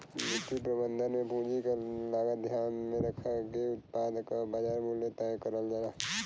वित्तीय प्रबंधन में पूंजी क लागत ध्यान में रखके उत्पाद क बाजार मूल्य तय करल जाला